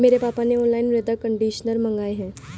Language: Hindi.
मेरे पापा ने ऑनलाइन मृदा कंडीशनर मंगाए हैं